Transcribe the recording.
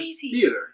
theater